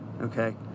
okay